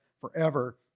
forever